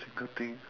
single thing